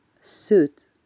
suit